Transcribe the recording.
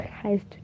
Christ